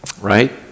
right